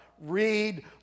Read